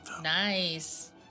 Nice